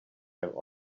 have